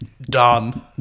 Done